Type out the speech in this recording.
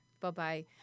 bye-bye